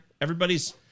Everybody's